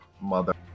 mother